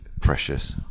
Precious